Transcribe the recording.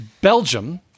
Belgium